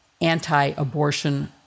anti-abortion